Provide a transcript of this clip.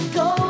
go